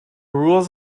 rules